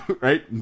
right